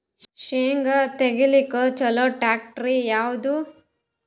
ಶೇಂಗಾ ತೆಗಿಲಿಕ್ಕ ಚಲೋ ಟ್ಯಾಕ್ಟರಿ ಯಾವಾದು?